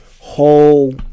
whole